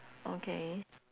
okay